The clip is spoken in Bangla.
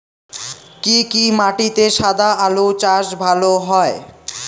কি কি মাটিতে সাদা আলু চাষ ভালো হয়?